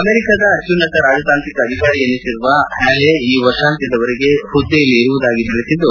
ಅಮೆರಿಕದ ಅತ್ಲುನ್ನತ ರಾಜತಾಂತ್ರಿಕ ಅಧಿಕಾರಿ ಎನಿಸಿರುವ ಹ್ಲಾಲೆ ಈ ವರ್ಷಾಂತ್ಯದವರೆಗೆ ಹುದ್ದೆಯಲ್ಲಿ ಇರುವುದಾಗಿ ತಿಳಿಸಿದ್ದು